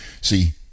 See